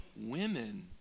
women